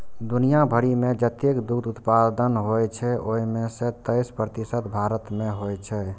दुनिया भरि मे जतेक दुग्ध उत्पादन होइ छै, ओइ मे सं तेइस प्रतिशत भारत मे होइ छै